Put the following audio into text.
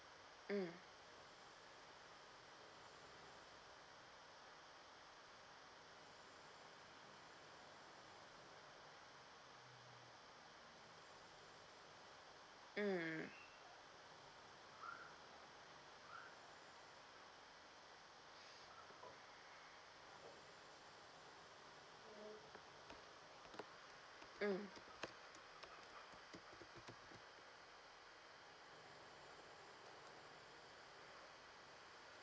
mm mm mm